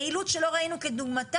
יעילות שלא ראינו כדוגמתה,